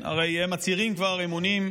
הרי הם מצהירים אמונים,